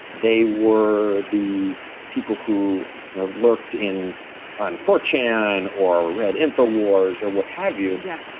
they were the people who lurked in on four chan or read infowars or what have you. yeah.